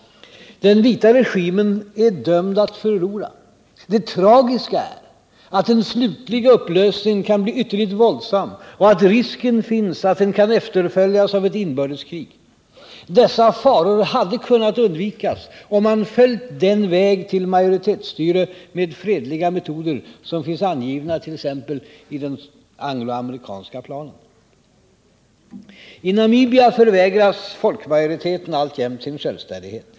Den vita regimen är dömd att förlora. Det tragiska är att den slutliga upplösningen kan bli ytterligt våldsam och att risken finns att den kan efterföljas av ett inbördeskrig. Dessa faror hade kunnat undvikas om man hade följt den väg till majoritetsstyre med fredliga metoder som finns angivna i t.ex. den anglo-amerikanska planen. I Namibia förvägras folkmajoriteten alltjämt sin självständighet.